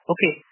Okay